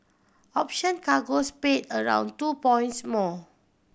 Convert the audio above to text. option cargoes paid around two points more